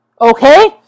okay